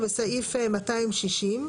בפסקה (17),